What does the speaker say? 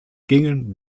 gingen